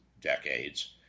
decades